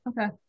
Okay